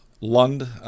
Lund